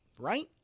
right